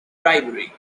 bribery